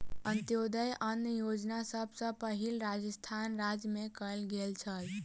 अन्त्योदय अन्न योजना सभ सॅ पहिल राजस्थान राज्य मे कयल गेल छल